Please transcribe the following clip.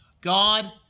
God